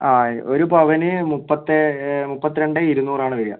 ആ ഒരു പവന് മുപ്പത്തി മുപ്പത്തി രണ്ട് ഇരുന്നൂറാണ് വരുക